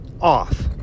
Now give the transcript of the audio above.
off